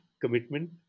commitment